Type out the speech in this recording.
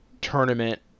tournament